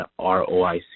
ROIC